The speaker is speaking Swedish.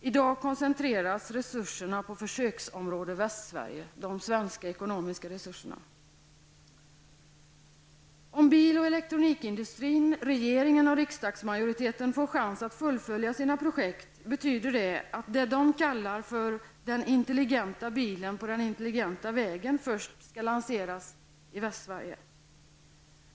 I dag koncentreras de svenska ekonomiska resurserna på ''försöksområde Om bil och elektronikindustrin, regeringen och riksdagsmajoriteten får chans att fullfölja sina projekt betyder det att det de kallar för den intelligenta bilen på den intelligenta vägen först skall lanseras i Västsverige.